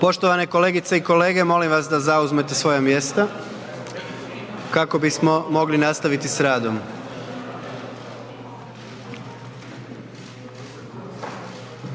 Poštovane kolegice i kolege molim vas da zauzmete svoja mjesta kako bismo mogli nastaviti s radom.